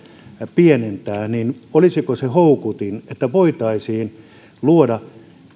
pienentää olisiko se houkutin niin että voitaisiin luoda